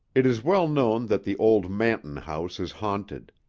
it is well known that the old manton house is haunted.